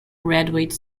graduate